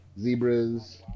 zebras